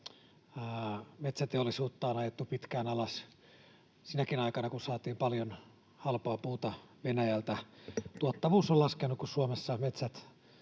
metsäteollisuutta on ajettu pitkään alas ja sinäkin aikana, kun saatiin paljon halpaa puuta Venäjältä, tuottavuus on laskenut, kun Suomessa metsät